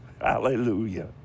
hallelujah